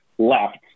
Left